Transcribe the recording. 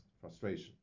frustration